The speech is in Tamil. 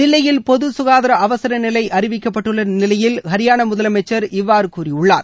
தில்லியில் பொது சுகாதார அவசர நிலை அறிவிக்கப்பட்டுள்ள நிலையில் ஹரியானா முதலமைச்சர் இவ்வாறு கூறியுள்ளார்